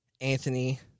Anthony